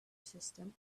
system